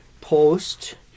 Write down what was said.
post